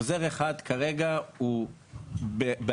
חוזר אחד כרגע הוא בהליך.